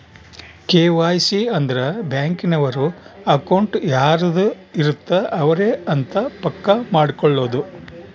KYC ಅಂದ್ರ bank ನವರು account ಯಾರದ್ ಇರತ್ತ ಅವರೆ ಅಂತ ಪಕ್ಕ ಮಾಡ್ಕೊಳೋದು